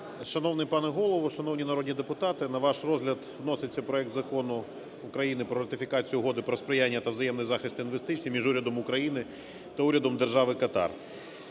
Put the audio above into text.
Шановний пане Голово, шановні народні депутати! На ваш розгляд вноситься проект Закону України про ратифікацію Угоди про сприяння та взаємний захист інвестицій між Урядом України та Урядом Держави Катар.